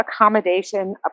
accommodation